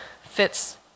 fits